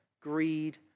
greed